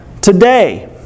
today